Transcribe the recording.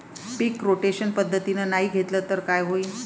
पीक rotation पद्धतीनं नाही घेतलं तर काय होईन?